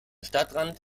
stadtrand